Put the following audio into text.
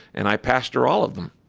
and i pastor all of them